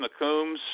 McCombs